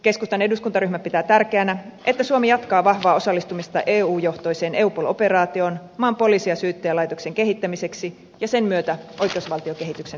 keskustan eduskuntaryhmä pitää tärkeänä että suomi jatkaa vahvaa osallistumista eu johtoiseen eupol operaatioon maan poliisi ja syyttäjälaitoksen kehittämiseksi ja sen myötä oikeusvaltiokehityksen vahvistamiseksi